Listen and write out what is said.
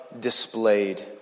displayed